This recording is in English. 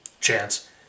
chance